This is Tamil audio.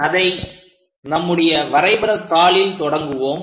அதை நம்முடைய வரைபடத்தாளில் தொடங்குவோம்